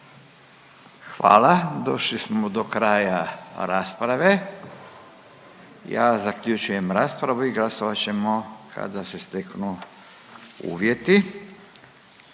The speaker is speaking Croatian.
Hvala. Došli smo do kraja rasprave. Ja zaključujem raspravu i glasovat ćemo kada se steknu uvjeti.